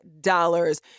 dollars